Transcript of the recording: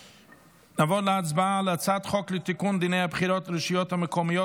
נעבור להצבעה על הצעת חוק לתיקון דיני הבחירות לרשויות המקומיות